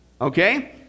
okay